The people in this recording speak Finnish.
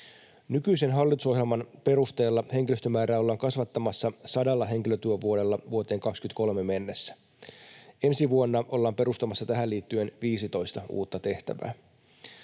Nykyisen hallitusohjelman perusteella henkilöstömäärää ollaan kasvattamassa 100 henkilötyövuodella vuoteen 23 mennessä. Ensi vuonna ollaan perustamassa tähän liittyen 15 uutta tehtävää.